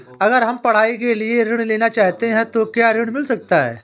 अगर हम पढ़ाई के लिए ऋण लेना चाहते हैं तो क्या ऋण मिल सकता है?